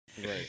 Right